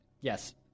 Yes